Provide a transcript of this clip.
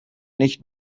nicht